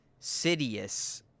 sidious